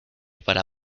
para